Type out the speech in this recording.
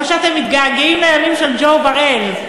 או שאתם מתגעגעים לימים של ג'ו בראל?